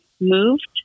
moved